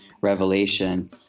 revelation